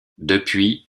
depuis